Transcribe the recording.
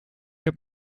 heb